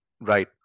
Right